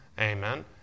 Amen